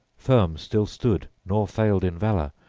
firm still stood, nor failed in valor,